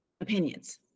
opinions